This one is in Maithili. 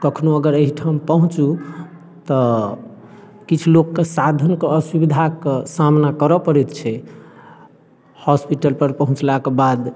कखनहुँ अगर एहिठाम पहुँचू तऽ किछु लोकके साधनके असुविधाके सामना करऽ पड़ै छै हॉस्पिटलपर पहुँचलाके बाद